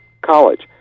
College